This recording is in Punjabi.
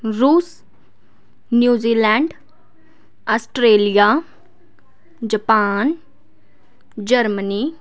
ਰੂਸ ਨਿਊਜ਼ੀਲੈਂਡ ਆਸਟਰੇਲੀਆ ਜਪਾਨ ਜਰਮਨੀ